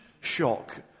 shock